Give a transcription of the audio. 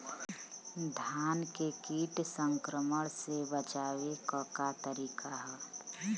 धान के कीट संक्रमण से बचावे क का तरीका ह?